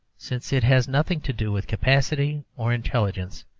since it has nothing to do with capacity or intelligence,